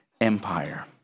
Empire